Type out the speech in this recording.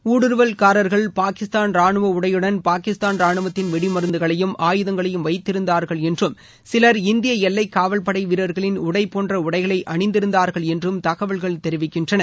ஊடுருவல்காரர்கள் பாகிஸ்தான் உடையுடன் பாகிஸ்தான் ராணுவ ரானுவத்தின் வெடிமருந்துகளையும் ஆயுதங்களையும் வைத்திருந்தார்கள் என்றும் சிலர் இந்திய எல்லை காவல்படை வீரர்களின் உடை போன்ற உடைகளை அணிந்திருந்தார்கள் என்றும் தகவல்கள் தெரிவிக்கின்றன